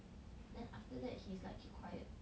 then after that he's like keep quiet